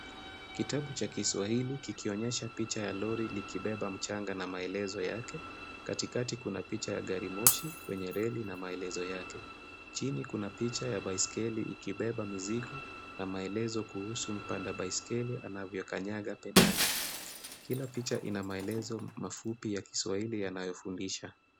Kitabu cha Kiswahili kikionyesha picha ya lori likibeba mchanga na maelezo yake, katikati, kuna picha ya gari moshi kwenye reli na maelezo yake. Chini kuna picha ya baiskeli ikibeba mizigo na maelezo kuhusu mpanda baiskeli anavyokanyaga pedali .Kila picha ina maelezo mafupi ya Kiswahili yanayofundisha.